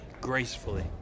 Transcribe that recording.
gracefully